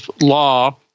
law